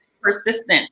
persistent